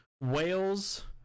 Wales